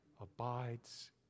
abides